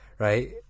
Right